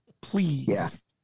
please